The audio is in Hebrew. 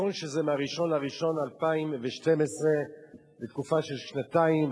נכון שזה מ-1 בינואר 2012 לתקופה של שנתיים,